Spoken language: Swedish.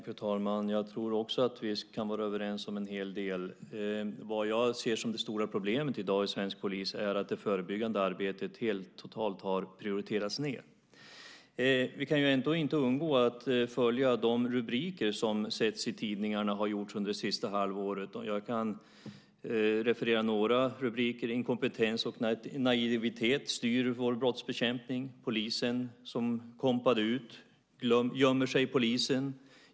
Fru talman! Jag tror också att vi kan vara överens om en hel del. Det jag ser som det stora problemet i dag inom svensk polis är att det förebyggande arbetet helt har prioriterats ned. Vi kan ändå inte undgå de rubriker som har synts i tidningarna det senaste halvåret. Jag kan referera några rubriker: "Inkompetens och naivitet styr vår brottsbekämpning", "Polisen som kompade ut", "Gömmer sig polisen?